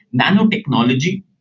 nanotechnology